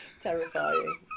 terrifying